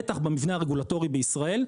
בטח במבנה הרגולטורי בישראל,